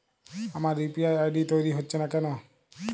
আমার UPI ID তৈরি হচ্ছে না কেনো?